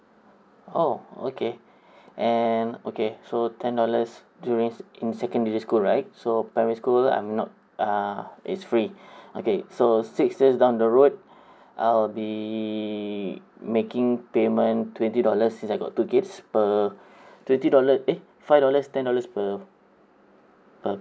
oh okay and okay so ten dollars during in secondary school right so primary school I'm not err it's free okay so six years down the road I'll be making payment twenty dollars since I got two kids per twenty dollar eh five dollars ten dollars per per